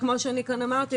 כמו שאמרתי כאן,